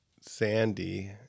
Sandy